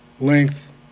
length